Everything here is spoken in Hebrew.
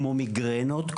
כמו מיגרנות,